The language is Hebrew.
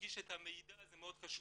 להנגיש את המידע, זה מאוד חשוב.